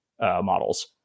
models